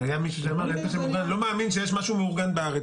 היה מישהו שאמר אני לא מאמין שיש משהו מאורגן בארץ,